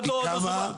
לא קמה.